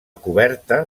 coberta